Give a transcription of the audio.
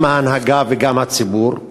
גם ההנהגה וגם הציבור.